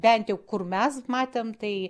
bent jau kur mes matėm tai